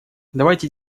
давайте